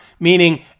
meaning